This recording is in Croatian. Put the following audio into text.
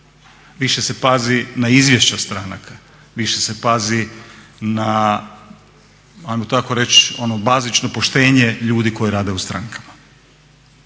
više se pazi na izvješće od stranka, više se pazi na ajmo tako reći ono bazično poštenje ljudi koji rade u strankama.